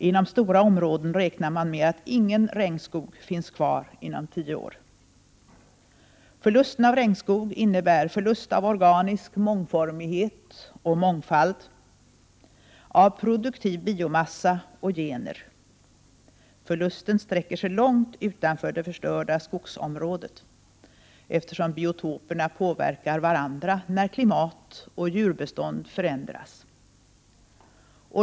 Inom stora områden räknar man med att ingen regnskog finns kvar om tio år. Förlusten av regnskog innebär förlust av organisk mångformighet och mångfald, av produktiv biomassa och gener. Förlusten sträcker sig långt utanför det förstörda skogsområdet, eftersom biotoperna påverkar varandra när klimat och djurbestånd förändras.